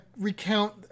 recount